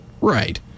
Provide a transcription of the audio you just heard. Right